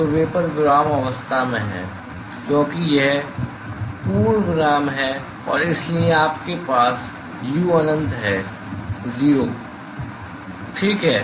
तो वेपर विराम अवस्था में है क्योंकि यह पूर्ण विराम है और इसलिए आपके पास u अनंत है 0 ठीक है